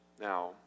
Now